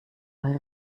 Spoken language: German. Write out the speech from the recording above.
eure